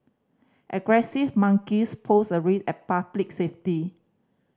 aggressive monkeys pose a risk and public safety